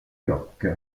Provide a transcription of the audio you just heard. york